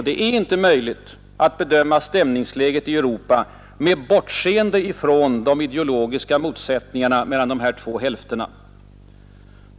Det är inte möjligt att bedöma stämningsläget i Europa med bortseende från de ideologiska motsättningarna mellan de tvenne hälfterna.